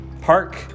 Park